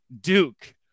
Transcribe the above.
Duke